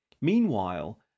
Meanwhile